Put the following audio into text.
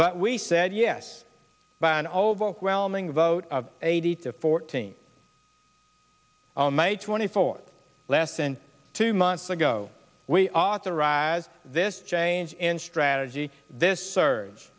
but we said yes by an overwhelming vote of eighty to fourteen on may twenty fourth less than two months ago we authorized this change in strategy this s